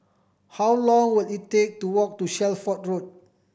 how long will it take to walk to Shelford Road